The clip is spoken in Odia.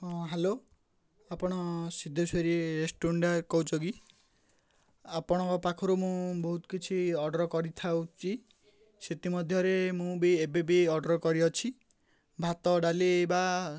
ହଁ ହ୍ୟାଲୋ ଆପଣ ସିଧେଶ୍ଵରୀ ରେଷ୍ଟୁରାଣ୍ଟ କହୁଛ କି ଆପଣଙ୍କ ପାଖରୁ ମୁଁ ବହୁତ କିଛି ଅର୍ଡ଼ର କରିଥାଉଛି ସେଥିମଧ୍ୟରେ ମୁଁ ବି ଏବେବି ଅର୍ଡ଼ର କରିଅଛି ଭାତ ଡାଲି ବା